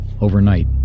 Overnight